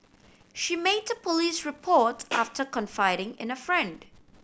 she made a police report after confiding in a friend